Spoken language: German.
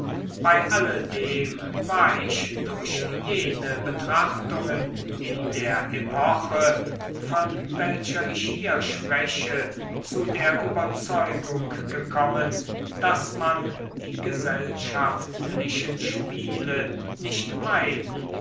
bei alledem war ich durch jene betrachtungen in der epoche von welcher ich hier spreche zu der überzeugung gekommen daß man die gesellschaftlichen spiele nicht meiden